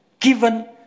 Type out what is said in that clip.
given